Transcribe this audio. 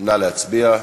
נא להצביע.